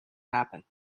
happen